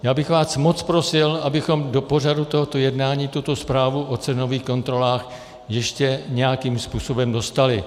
Já bych vás moc prosil, abychom do pořadu tohoto jednání tuto zprávu o cenových kontrolách ještě nějakým způsobem dostali.